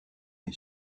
est